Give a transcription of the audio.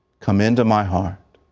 come into my heart